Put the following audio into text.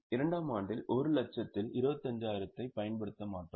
2 ஆம் ஆண்டில் 1 லட்சத்தில் 25000 ஐப் பயன்படுத்த மாட்டோம்